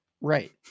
Right